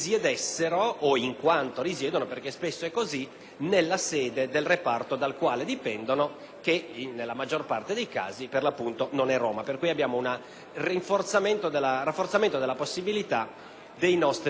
nella sede del reparto dal quale dipendono, nella maggior parte dei quali casi per l'appunto non è Roma. Vi è quindi un rafforzamento della possibilità di votare per i nostri connazionali all'estero.